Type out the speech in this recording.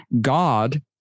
god